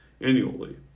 annually